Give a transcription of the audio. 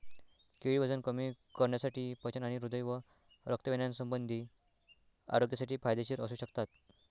केळी वजन कमी करण्यासाठी, पचन आणि हृदय व रक्तवाहिन्यासंबंधी आरोग्यासाठी फायदेशीर असू शकतात